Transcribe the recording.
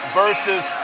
versus